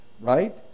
right